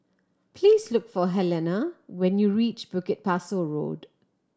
please look for Helena when you reach Bukit Pasoh Road